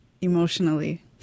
emotionally